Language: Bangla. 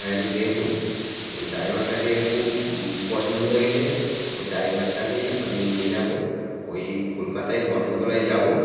হ্যাঁ একটু দেখুন ও ড্রাইভারটাকে খুব পছন্দ হয়েছে ও ড্রাইভারটাকেই আমি নিয়ে যাবো ওই কলকাতায় ধর্মতলায় যাবো